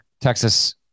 Texas